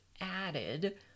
added